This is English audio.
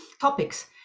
topics